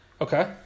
Okay